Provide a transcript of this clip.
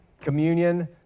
communion